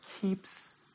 keeps